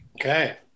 Okay